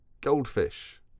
goldfish